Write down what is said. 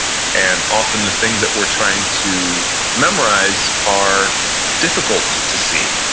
and often the things that we're trying to memorize are difficult to see,